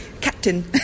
captain